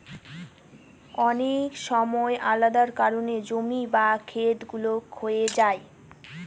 অনেক সময় আলাদা কারনে জমি বা খেত গুলো ক্ষয়ে যায়